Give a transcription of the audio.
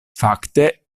fakte